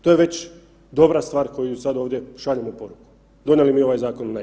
To je već dobra stvar koju sad ovdje šaljemo poruku donijeli mi ovaj zakon ili ne.